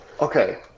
okay